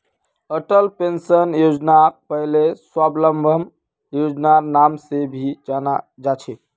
Atal pension योजनाक पहले स्वाबलंबन योजनार नाम से भी जाना जा छे